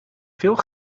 veel